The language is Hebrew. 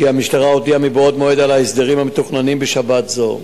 כי המשטרה הודיעה מבעוד מועד על ההסדרים המתוכננים בשבת זו.